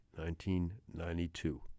1992